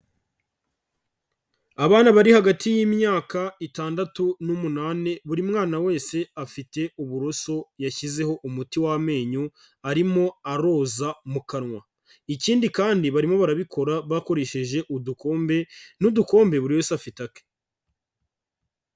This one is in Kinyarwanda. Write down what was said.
Abana bari hagati y'imyaka itandatu n'umunani buri mwana wese afite uburuso yashyizeho umuti w'amenyo arimo aroza mu kanwa, ikindi kandi barimo barabikora bakoresheje udukombe n'udukombe buri wese afite ake.